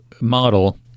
model